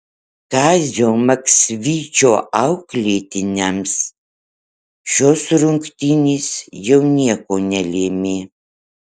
kazio maksvyčio auklėtiniams šios rungtynės jau nieko nelėmė